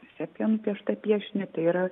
sepija nupieštą piešinį tai yra